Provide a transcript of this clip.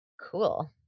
Cool